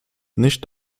nicht